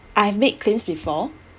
I've made claims before